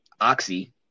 Oxy